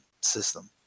system